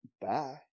bye